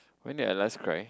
when did I last cry